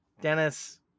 Dennis